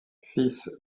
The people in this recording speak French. fils